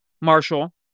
Marshall